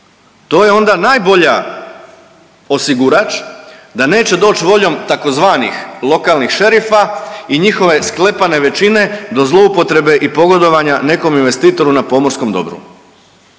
To je onda najbolja osigurač da neće doći voljom tzv. lokalnih šerifa i njihove sklepane većine do zloupotrebe i pogodovanja nekom investitoru na pomorskom dobru.